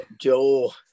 Joel